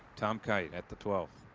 tom kite at the twelfth.